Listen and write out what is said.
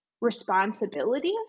responsibilities